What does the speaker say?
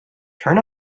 turn